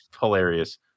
hilarious